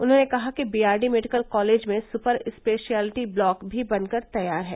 उन्होंने कहा कि बीआरडी मेडिकल कॉलेज में सुपर स्पेशियलिटी ब्लॉक भी बनकर तैयार है